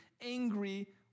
angry